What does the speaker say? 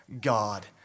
God